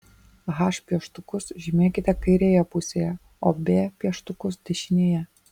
h pieštukus žymėkite kairėje pusėje o b pieštukus dešinėje